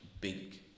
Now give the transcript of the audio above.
big